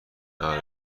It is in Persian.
نود